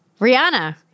Rihanna